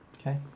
Okay